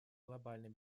глобальной